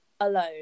alone